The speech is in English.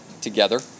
together